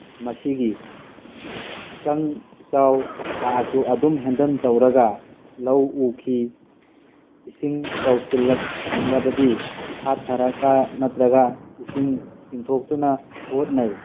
ꯃꯁꯤꯒꯤ ꯏꯀꯪ ꯏꯆꯥꯎ ꯂꯥꯛꯑꯁꯨ ꯑꯗꯨꯝ ꯍꯦꯟꯗꯟ ꯇꯧꯔꯒ ꯂꯧ ꯎꯈꯤ ꯏꯁꯤꯡ ꯆꯥꯎꯁꯤꯟꯂꯛꯂꯕꯗꯤ ꯐꯥꯠꯊꯔꯒ ꯅꯠꯇꯔꯒ ꯏꯁꯤꯡ ꯆꯤꯡꯊꯣꯛꯇꯨꯅ ꯍꯣꯠꯅꯩ